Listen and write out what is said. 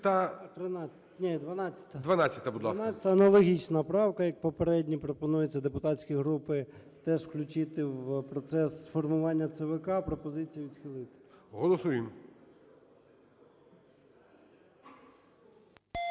ЧЕРНЕНКО О.М. 312 аналогічна правка, як попередні. Пропонується депутатські групи теж включити в процес формування ЦВК. Пропозиція відхилити. ГОЛОВУЮЧИЙ.